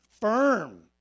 firm